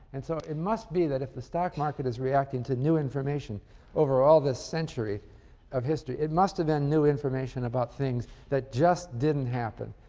and so, it must be that if the stock market is reacting to new information over all this century of history, it must have been new information about things that just didn't happen.